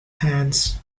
hands